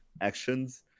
actions